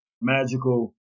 magical